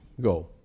go